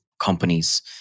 companies